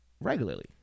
regularly